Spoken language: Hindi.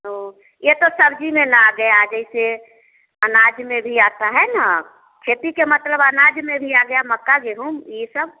ओ ये तो सब्जी में न आ गया जैसे अनाज में भी आता है न खेती के मतलब अनाज में भी आ गया मक्का गेहूँ इन सब में